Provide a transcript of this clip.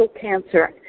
cancer